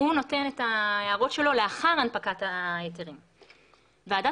יו"ר ועדת הפנים והגנת הסביבה רם שפע יו"ר ועדת